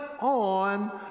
on